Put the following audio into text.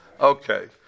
Okay